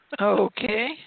Okay